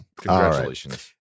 Congratulations